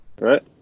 right